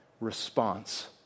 response